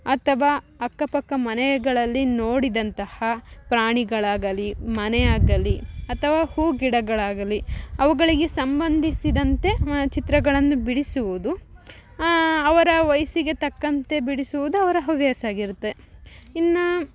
ಅಥವಾ ಅಕ್ಕ ಪಕ್ಕ ಮನೆಗಳಲ್ಲಿ ನೋಡಿದಂತಹ ಪ್ರಾಣಿಗಳಾಗಲಿ ಮನೆಯಾಗಲಿ ಅಥವ ಹೂ ಗಿಡಗಳಾಗಲಿ ಅವುಗಳಿಗೆ ಸಂಬಂಧಿಸಿದಂತೆ ಚಿತ್ರಗಳನ್ನು ಬಿಡಿಸುವುದು ಅವರ ವಯಸ್ಸಿಗೆ ತಕ್ಕಂತೆ ಬಿಡಿಸುವುದು ಅವರ ಹವ್ಯಾಸಾಗಿರುತ್ತೆ ಇನ್ನು